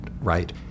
right